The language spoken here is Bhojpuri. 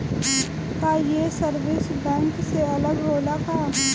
का ये सर्विस बैंक से अलग होला का?